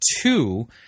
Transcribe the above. two